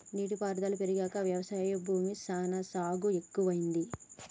నీటి పారుదల పెరిగాక వ్యవసాయ భూమి సానా సాగు ఎక్కువైంది